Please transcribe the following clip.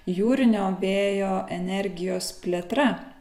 jūrinio vėjo energijos plėtra